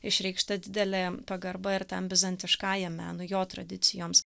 išreikšta didelė pagarba ir tam bizantiškajam menui jo tradicijoms